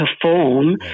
perform